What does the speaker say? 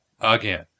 again